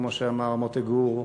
כמו שאמר מוטה גור,